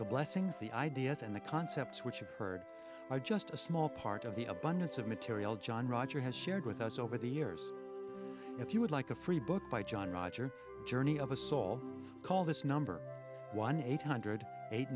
the blessings the ideas and the concepts which you heard are just a small part of the abundance of material john roger has shared with us over the years if you would like a free book by john roger journey of a soul call this number one eight hundred eight